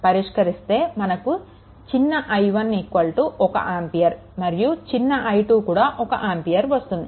2 పరిష్కరిస్తే మనకు చిన్న i1 1 ఆంపియర్ మరియు చిన్న i2 కూడా 1 ఆంపియర్ వస్తుంది